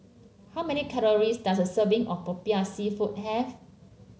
how many calories does a serving of popiah seafood have